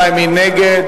מי נגד?